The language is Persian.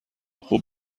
خوب